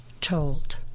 told